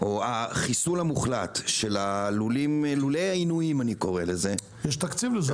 שהחיסול המוחלט של לולי העינויים --- יש תקציב לזה,